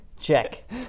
Check